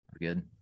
Good